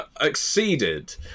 exceeded